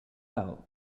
out